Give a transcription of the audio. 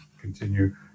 continue